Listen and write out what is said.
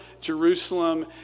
Jerusalem